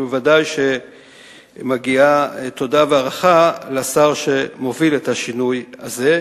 ובוודאי מגיעות תודה והערכה לשר שמוביל את השינוי הזה.